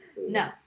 No